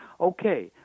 Okay